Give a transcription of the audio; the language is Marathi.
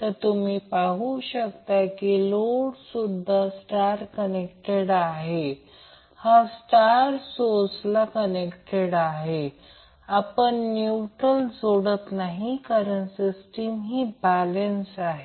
तर तुम्ही पाहू शकता की हा लोडसुद्धा स्टार कनेक्टेड आहे आणि हा स्टार सोर्सला कनेक्टेड आहे आपण न्यूट्रल जोडत नाही कारण सिस्टीम ही बॅलेन्स आहे